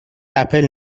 اپل